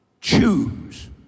Choose